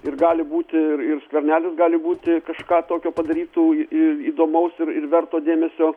ir gali būti ir ir skvernelis gali būti kažką tokio padarytų į įdomaus ir ir verto dėmesio